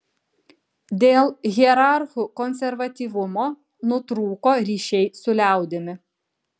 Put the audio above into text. dėl hierarchų konservatyvumo nutrūko ryšiai su liaudimi